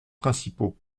principaux